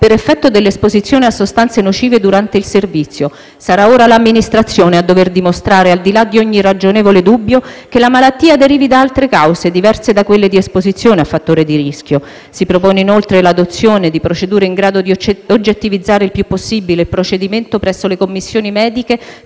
per effetto dell'esposizione a sostanze nocive durante il servizio. Sarà ora l'Amministrazione a dover dimostrare, al di là di ogni ragionevole dubbio, che la malattia derivi da altre cause, diverse da quelle di esposizione a fattori di rischio. Si propone inoltre l'adozione di procedure in grado di oggettivizzare il più possibile il procedimento presso le commissioni mediche